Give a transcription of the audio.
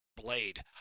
Blade